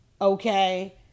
Okay